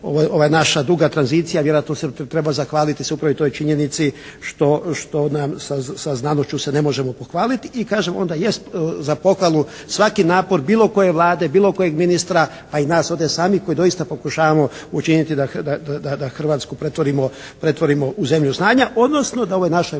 ova naša duga tranzicija vjerojatno se treba zahvaliti upravo toj činjenici što nam sa znanošću se ne možemo pohvaliti i kažem onda jest za pohvalu svaki napor bilo koje vlade, bilo kojeg ministra pa i nas ovdje samih koji doista pokušavamo učiniti da Hrvatsku pretvorimo u zemlju znanja, odnosno da ovoj našoj